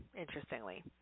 interestingly